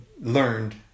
learned